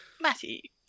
Matty